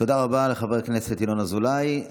תודה רבה לחבר הכנסת ינון אזולאי.